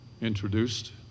introduced